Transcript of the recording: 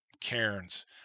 Cairns